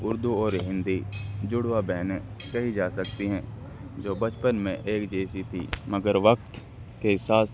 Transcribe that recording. اردو اور ہندی جڑوا بہنیں کہی جا سکتی ہیں جو بچپن میں ایک جیسی تھی مگر وقت کے ساتھ